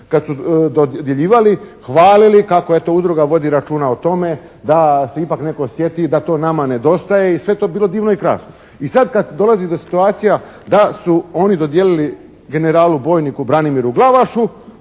kad su dodjeljivali hvalili kako eto udruga vodi računa o tome da se ipak netko sjeti da to nama nedostaje i sve je to bilo divno i krasno. I sad, kada dolazi do situacija da su oni dodijelili generalu bojniku Branimiru Glavašu,